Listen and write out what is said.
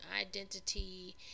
identity